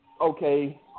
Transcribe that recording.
okay